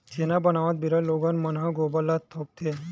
छेना बनात बेरा लोगन मन ह गोबर ल थोपथे